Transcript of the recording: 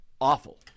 Awful